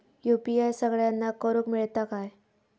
UPI सगळ्यांना करुक मेलता काय?